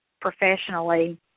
professionally